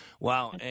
Wow